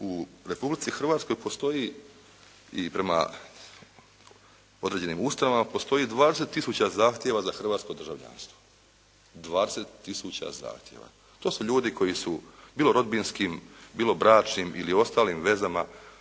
u Republici Hrvatskoj postoji i prema određenim ustanovama, postoji 20 tisuća zahtjeva za hrvatsko državljanstvo. 20 tisuća zahtjeva. To su ljudi koji su bilo rodbinskim, bilo bračnim ili ostalim vezama,